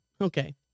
Okay